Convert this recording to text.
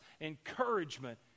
encouragement